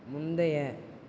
முந்தைய